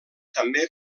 també